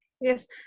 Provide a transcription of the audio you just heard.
yes